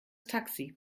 taxi